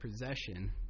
possession